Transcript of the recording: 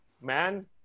man